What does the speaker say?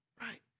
right